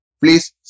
please